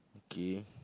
gay